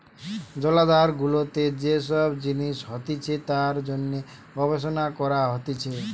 জলাধার গুলাতে যে সব জিনিস হতিছে তার জন্যে গবেষণা করা হতিছে